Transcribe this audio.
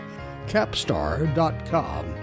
Capstar.com